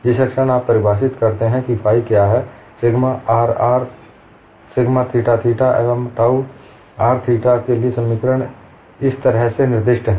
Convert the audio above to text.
जिस क्षण आप परिभाषित करते हैं कि फाइ क्या है sigma rr sigma theta theta एवं टाउ r थीटा के लिए समीकरण इस तरह से निर्दिष्ट हैं